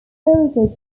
also